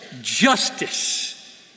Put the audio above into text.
Justice